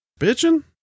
Bitching